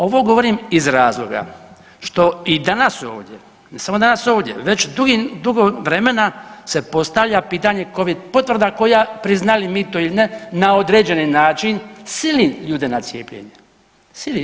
Ovo govorim iz razloga što i danas ovdje, ne samo danas ovdje već dugo vremena se postavlja pitanja Covid potvrda koja priznali mi to ili ne na određeni način sili ljude na cijepljenje, sili.